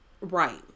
right